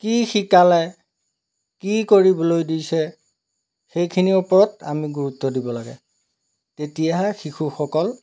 কি শিকালে কি কৰিবলৈ দিছে সেইখিনিৰ ওপৰত আমি গুৰুত্ব দিব লাগে তেতিয়াহে শিশুসকল